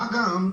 מה גם,